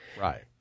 Right